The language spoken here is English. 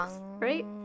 right